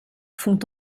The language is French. font